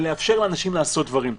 לאפשר לאנשים לעשות דברים.